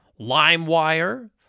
LimeWire